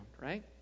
right